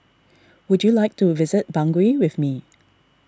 would you like to visit Bangui with me